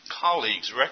colleagues